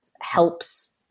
helps